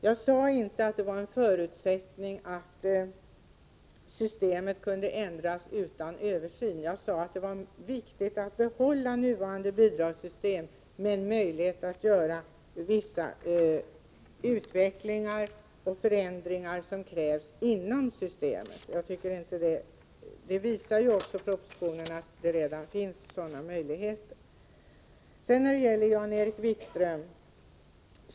Jag sade inte att det var en förutsättning att systemet kunde ändras utan någon översyn. Jag sade att det var viktigt att behålla nuvarande bidragssystem. Men då skall det vara möjligt att åstadkomma en viss utveckling och vissa förändringar inom systemet. Av propositionen framgår också att det redan finns sådana möjligheter. Sedan till Jan-Erik Wikström.